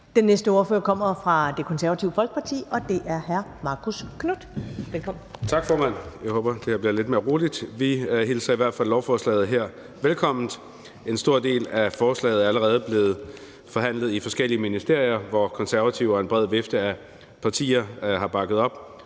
Den næste ordfører kommer fra Det Konservative Folkeparti, og det er hr. Marcus Knuth. Velkommen. Kl. 14:58 (Ordfører) Marcus Knuth (KF): Tak, formand. Jeg håber, det her bliver lidt mere roligt. Vi hilser i hvert fald lovforslaget her velkommen. En stor del af forslaget er allerede blevet forhandlet i forskellige ministerier, hvor Konservative og en bred vifte af partier har bakket det